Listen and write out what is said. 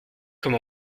comme